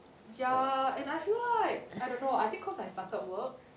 ya and I feel like I don't know I think cause I started work